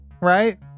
right